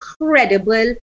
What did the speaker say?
incredible